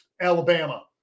Alabama